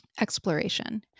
exploration